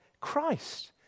Christ